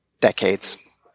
decades